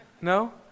No